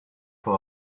for